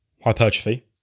hypertrophy